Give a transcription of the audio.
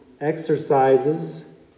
exercises